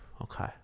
Okay